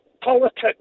politics